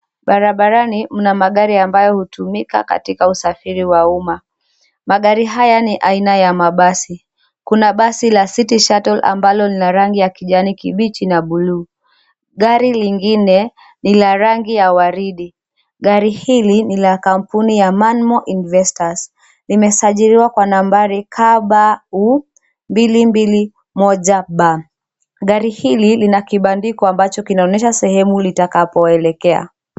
Barabarani mna magari ambayo hutumika katika usafiri wa umma. Magari haya ni aina ya mabasi. Kuna basi la City Shuttle ambalo lina rangi ya kijani kibichi na bluu. Gari lingine, ni la rangi ya waridi. Gari hili ni la kampuni ya Manmo investors, limesajiliwa kwa nambari KBU 221B. Gari hili lina kibandiko ambacho kinaonyesha sehemu litakapoelekea.